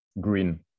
green